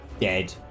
dead